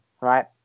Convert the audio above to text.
right